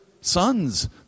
sons